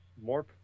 more